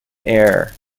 air